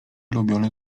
ulubiony